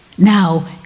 Now